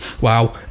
Wow